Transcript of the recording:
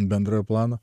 bendrojo plano